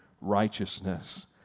righteousness